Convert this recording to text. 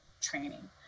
training